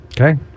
Okay